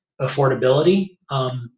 affordability